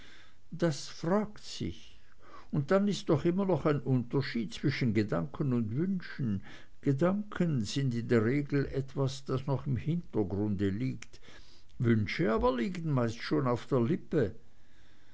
das fragt sich und dann ist doch immer noch ein unterschied zwischen gedanken und wünschen gedanken sind in der regel etwas das noch im hintergrund liegt wünsche aber liegen meist schon auf der lippe